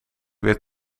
weer